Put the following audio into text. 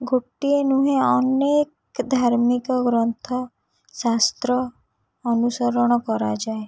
ଗୋଟିଏ ନୁହେଁ ଅନେକ ଧାର୍ମିକ ଗ୍ରନ୍ଥ ଶାସ୍ତ୍ର ଅନୁସରଣ କରାଯାଏ